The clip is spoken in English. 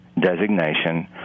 designation